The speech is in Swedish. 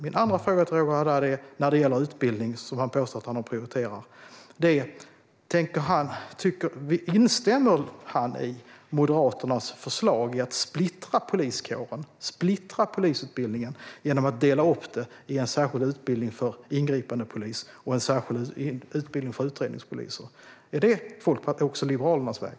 Min andra fråga till Roger Haddad är, med tanke på att han påstår att han prioriterar utbildning: Instämmer han i Moderaternas förslag om att splittra poliskåren och splittra polisutbildningen genom att dela upp den i en särskild utbildning för ingripandepoliser och en särskild utbildning för utredningspoliser? Är det även Liberalernas väg?